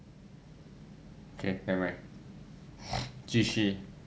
sian never mind 继续